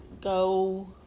go